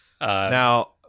Now